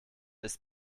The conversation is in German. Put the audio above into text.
ist